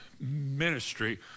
ministry